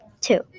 Two